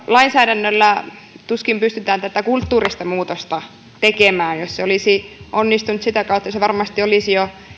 lainsäädännöllä tuskin pystytään tätä kulttuurista muutosta tekemään jos se olisi onnistunut sitä kautta se varmasti olisi jo